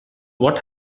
what